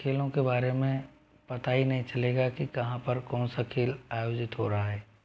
खेलों के बारे में पता ही नहीं चलेगा कि कहाँ पर कौन सा खेल आयोजित हो रहा है